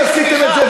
אתם עשיתם את זה.